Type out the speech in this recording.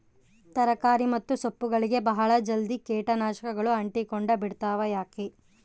ತರಕಾರಿ ಮತ್ತು ಸೊಪ್ಪುಗಳಗೆ ಬಹಳ ಜಲ್ದಿ ಕೇಟ ನಾಶಕಗಳು ಅಂಟಿಕೊಂಡ ಬಿಡ್ತವಾ ಯಾಕೆ?